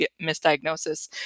misdiagnosis